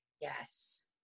Yes